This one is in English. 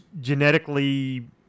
genetically